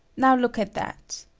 now, look at that.